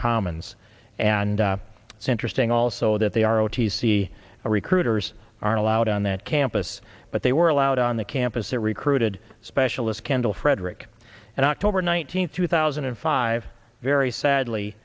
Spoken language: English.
commons and it's interesting also that they are o t c recruiters aren't allowed on that campus but they were allowed on the campus that recruited specialist kendall frederick and october nineteenth two thousand and five very sadly